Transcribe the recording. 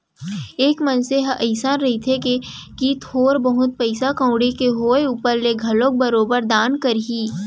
एक मनसे ह अइसे रहिथे कि थोर बहुत पइसा कउड़ी के होय ऊपर ले घलोक बरोबर दान करही